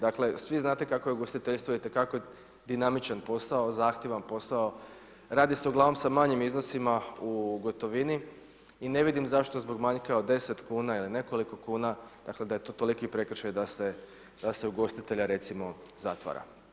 Dakle svi znate kako je ugostiteljstvo itekako dinamičan posao, zahtjevan posao, radi se uglavnom sa manjim iznosima u gotovini i ne vidim zašto zbog manjka od 10 kuna ili nekoliko kuna, dakle da je to toliki prekršaj da se ugostitelja recimo zatvara.